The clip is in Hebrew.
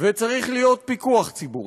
וצריך להיות פיקוח ציבורי.